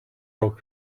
rock